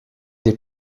des